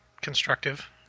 constructive